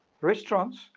restaurants